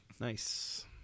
nice